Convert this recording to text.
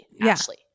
Ashley